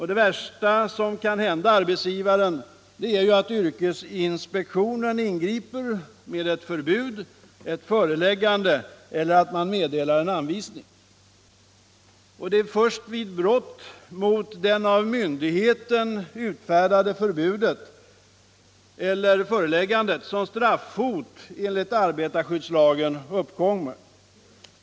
Det värsta som kan hända arbetsgivaren är att yrkesinspektionen ingriper med ett förbud eller ett föreläggande eller meddelar en anvisning. Det är först vid brott mot det av myndigheten utfärdade förbudet eller föreläggandet som straffhot enligt arbetarskyddslagen uppkommer.